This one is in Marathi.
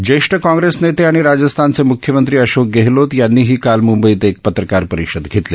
ज्येष्ठ काँग्रेस नेते आणि राजस्थानचे म्ख्यमंत्री अशोक गेहलोत यांनीही काल म्ंबईत एक पत्रकार परिषद घेतली